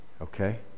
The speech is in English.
Okay